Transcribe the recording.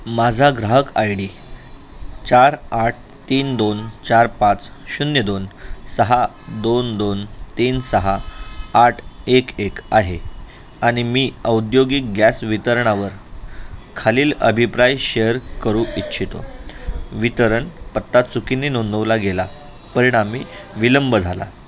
माझा ग्राहक I D चार आठ तीन दोन चार पाच शून्य दोन सहा दोन दोन तीन सहा आठ एक एक आहे आणि मी औद्योगिक गॅस वितरणावर खालील अभिप्राय शेअर करू इच्छितो वितरण पत्ता चुकीने नोंदवला गेला परिणामी विलंब झाला